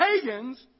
pagans